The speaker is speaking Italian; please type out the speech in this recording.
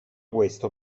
questo